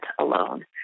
alone